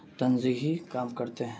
تنزیہی کام کرتے ہیں